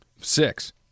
Six